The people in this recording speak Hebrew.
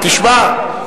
אבל לא עד כדי כך.